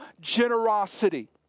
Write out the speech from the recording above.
generosity